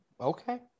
okay